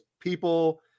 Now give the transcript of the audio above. people